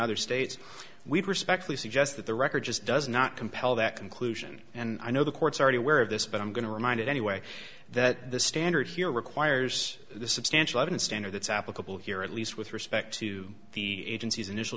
other states we respectfully suggest that the record just does not compel that conclusion and i know the courts already aware of this but i'm going to remind it anyway that the standard here requires the substantial evidence standard that's applicable here at least with respect to the agency's initial